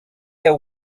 have